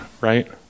right